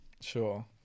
Sure